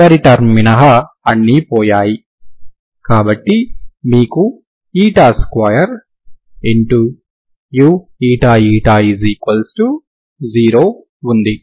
చివరి టర్మ్ మినహా అన్నీ పోయాయి కాబట్టి మీకు 2uηη0 ఉంది